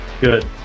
Good